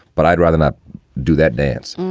but i'd rather not do that dance.